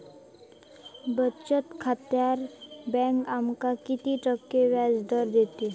बचत खात्यार बँक आमका किती टक्के व्याजदर देतली?